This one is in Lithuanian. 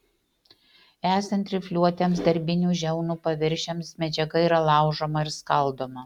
esant rifliuotiems darbinių žiaunų paviršiams medžiaga yra laužoma ir skaldoma